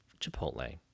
Chipotle